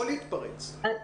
לא להתפרץ.